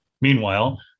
Meanwhile